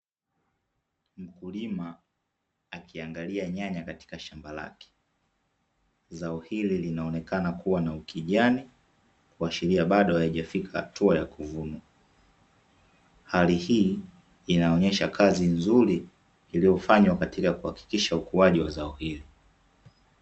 Mkulima akiangalia nyanya katika shamba lake. Zao hili linaonekana kuwa na ukijani kuashiria bado haijafika hatua ya kuvunwa. Hali hii inaonyesha kazi nzuri iliyofanywa katika kuhakikisha ukuaji wa zao hili.